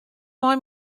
mei